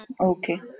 okay